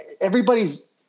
everybody's